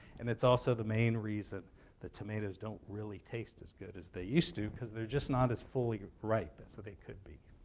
and it's also the main reason the tomatoes don't really taste as good as they used to because they're just not as fully ripe as they could be.